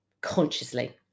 consciously